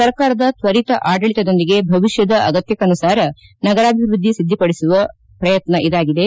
ಸರ್ಕಾರದ ಕ್ವರಿತ ಆಡಳಿತದೊಂದಿಗೆ ಭವಿಷ್ಠದ ಅಗತ್ತಕ್ಕನುಸಾರ ನಗರಾಭಿವೃದ್ಧಿ ಸಿದ್ಧಪಡಿಸುವ ಪ್ರಯತ್ನ ಇದಾಗಿದೆ